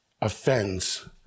offends